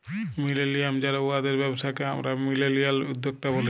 millennial যারা উয়াদের ব্যবসাকে আমরা মিলেলিয়াল উদ্যক্তা ব্যলি